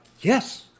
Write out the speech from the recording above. Yes